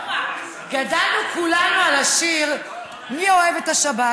גדלנו כולנו על השיר "מי אוהב את השבת?